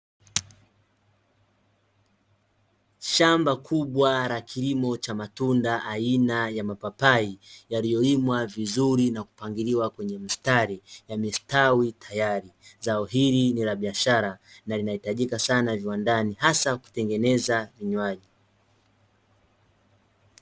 Shamba kubwa la kilimo cha matunda aina ya mapapai yaliyolimwa vizuri na kupangiliwa kwenye mstari, yamestawi tayari. Zao hili ni la biashara na linahitajika sana viwandani, hasa kutengeneza vinjwaji.